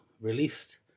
released